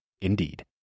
Indeed